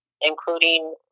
including